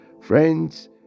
Friends